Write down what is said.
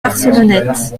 barcelonnette